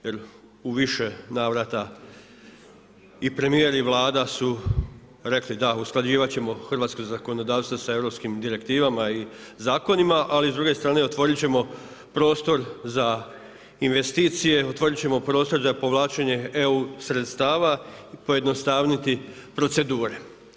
Jer u više navrata i premjer i Vlada su rekli, da usklađivati ćemo hrvatsko zakonodavstvo sa europskim direktivama i zakona, ali s druge strane otvoriti ćemo prostor za investicije, otvoriti ćemo prostor za povlačenje EU sredstava, pojednostaviti procedure.